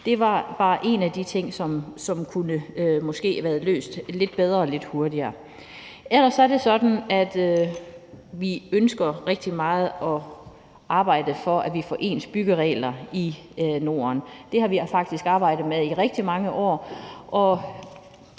Det var bare en af de ting, som måske kunne have været løst lidt bedre og lidt hurtigere. Ellers er det sådan, at vi rigtig meget ønsker at arbejde for, at vi får ens byggeregler i Norden. Det har vi faktisk arbejdet med i rigtig mange år,